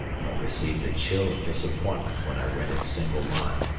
but received a chill of disappointment when i read its single line.